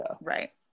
Right